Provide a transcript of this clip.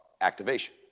activation